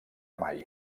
mai